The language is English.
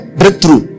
breakthrough